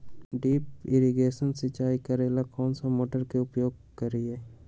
Drip irrigation सिंचाई करेला कौन सा मोटर के उपयोग करियई?